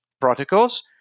protocols